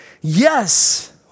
Yes